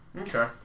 Okay